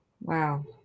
Wow